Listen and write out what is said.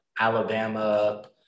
Alabama